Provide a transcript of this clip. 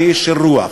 אני איש של רוח,